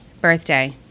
birthday